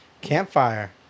Campfire